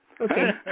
Okay